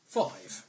five